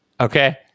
okay